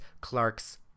Clark's